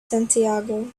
santiago